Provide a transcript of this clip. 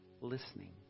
listening